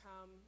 come